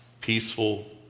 peaceful